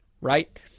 Right